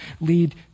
lead